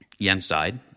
Yenside